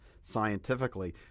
scientifically